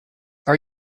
are